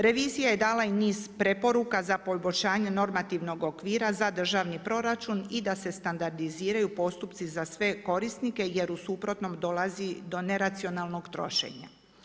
Revizija je dala niz preporuka za poboljšanje normativnih okvira za državni proračun i da se standardiziraju postupci za sve korisnike, jer u suprotnom dolazi do neracionalnog trošenja.